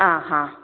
ആ ആ